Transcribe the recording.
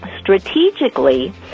Strategically